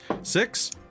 Six